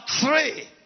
three